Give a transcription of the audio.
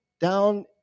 down